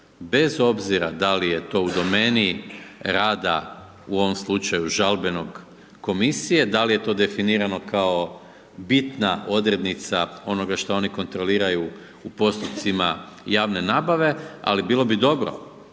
bez obzira da li je to u domeni rada u ovom slučaju žalbene komisije, da li je to definirano kao bitna odrednica onoga što oni kontroliraju u postupcima javne nabave, ali bilo bi dobro